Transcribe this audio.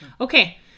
Okay